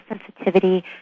sensitivity